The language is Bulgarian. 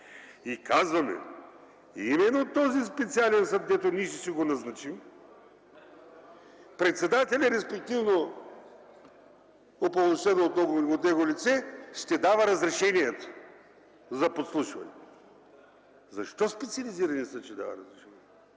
и казваме: именно този специален съд, дето ние ще го назначим председателят, респективно упълномощеното от него лице, ще дава разрешението за подслушване. Защо специализираният съд ще дава разрешението?!